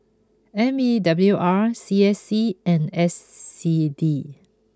M E W R C S C and S C D